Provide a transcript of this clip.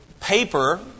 paper